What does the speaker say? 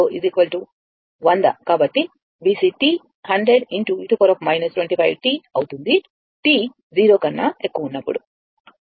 కాబట్టి t 0 ఉన్నప్పుడు VC100 e 25 t అవుతుంది